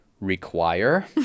require